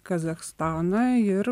kazachstaną ir